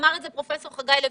אמר את זה פרופ' חגי לוין.